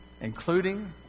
including